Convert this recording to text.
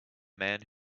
man